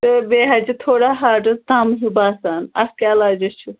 تہٕ بیٚیہِ حظ چھِ تھوڑا ہاٹس دَم ہیٛوٗ باسان اتھ کیٛاہ عَلاجا چھُ